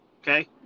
Okay